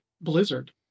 Blizzard